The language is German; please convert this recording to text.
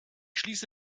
schließe